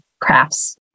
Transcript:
crafts